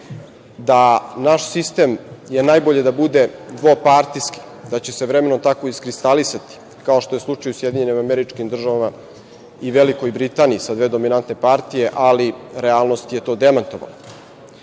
je naš sistem najbolje da bude dvopartijski, da će se vremenom tako iskristalisati, kao što je slučaj u SAD i Velikoj Britaniji sa dve dominantne partije, ali realnost je to demantovala.